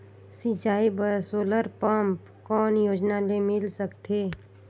सिंचाई बर solar pump कौन योजना ले मिल सकथे?